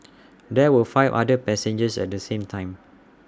there were five other passengers at the time